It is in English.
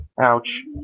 Ouch